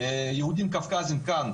יהודים קווקז כאן,